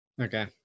Okay